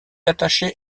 attachée